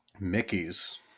Mickey's